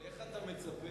אבל איך אתה מצפה?